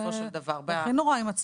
איך הוא יתפרנס?